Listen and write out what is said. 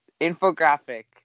infographic